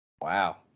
Wow